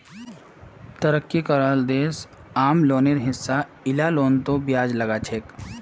तरक्की कराल देश आम लोनेर हिसा इला लोनतों ब्याज लगाछेक